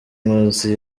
nkusi